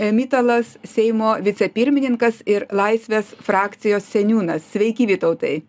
mitalas seimo vicepirmininkas ir laisvės frakcijos seniūnas sveiki vytautai